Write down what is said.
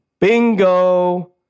Bingo